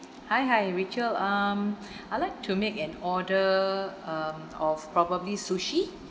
hi hi rachel um I'd like to make an order um of probably sushi